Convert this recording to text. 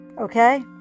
Okay